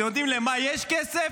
אתם יודעים למה יש כסף?